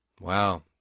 Wow